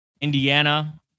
Indiana